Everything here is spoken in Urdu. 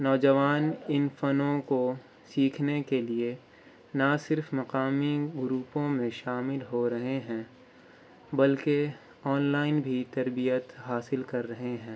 نوجوان ان فنوں کو سیکھنے کے لیے نہ صرف مقامی گروپوں میں شامل ہو رہے ہیں بلکہ آنلائن بھی تربیت حاصل کر رہے ہیں